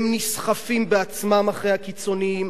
הם נסחפים בעצמם אחרי הקיצוניים,